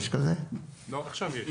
אני חייב